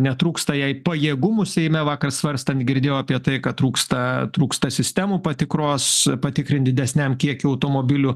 netrūksta jai pajėgumų seime vakar svarstant girdėjau apie tai kad trūksta trūksta sistemų patikros patikrint didesniam kiekiui automobilių